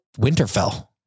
Winterfell